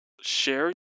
share